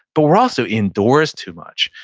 but we're also indoors too much.